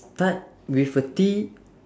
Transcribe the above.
start with a T